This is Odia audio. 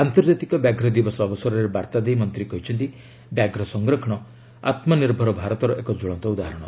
ଆନ୍ତର୍ଜାତିକ ବ୍ୟାଘ୍ୱ ଦିବସ ଅବସରରେ ବାର୍ତ୍ତା ଦେଇ ମନ୍ତ୍ରୀ କହିଛନ୍ତି ବ୍ୟାଘ୍ର ସଂରକ୍ଷଣ ଆତ୍ମ ନିଭର ଭାରତର ଏକ ଜ୍ୱଳନ୍ତ ଉଦାହରଣ